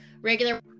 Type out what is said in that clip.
regular